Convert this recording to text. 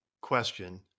question